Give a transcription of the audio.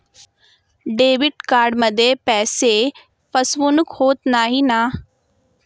Debit कार्डमध्ये पैसे फसवणूक होत नाही ना?